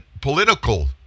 political